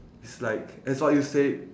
it's like as what you said